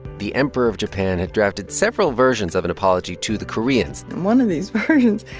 the emperor of japan had drafted several versions of an apology to the koreans one of these versions,